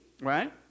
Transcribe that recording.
right